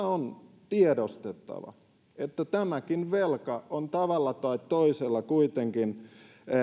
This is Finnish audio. on tiedostettava että tämäkin velka on tavalla tai toisella kuitenkin